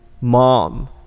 mom